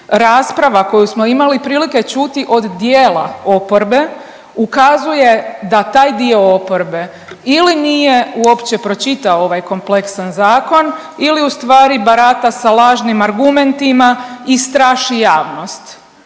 rasprava koju smo imali prilike čuti od dijela oporbe ukazuje da taj dio oporbe ili nije uopće pročitao ovaj kompleksan zakon, ili ustvari barata sa lažnim argumentima i straši javnost.